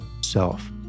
self